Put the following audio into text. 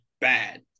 bad